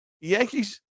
yankees